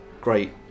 great